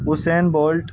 Usain bolt